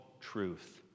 truth